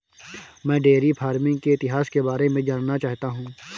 मैं dairy farming के इतिहास के बारे में जानना चाहता हूं